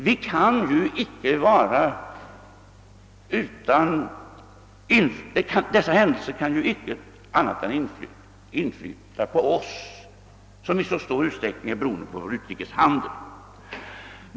Detta har självfallet inverkat även på vår ekonomi, eftersom vi i mycket stor utsträckning är beroende av vår utrikeshandel.